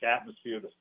atmosphere